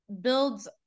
builds